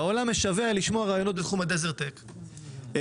והעולם משווע לשמוע רעיונות מתחום ה- .Desert-Tech לחלופין,